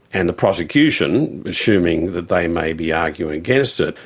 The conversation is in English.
and the prosecution, assuming that they may be arguing against it,